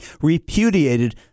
repudiated